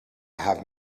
have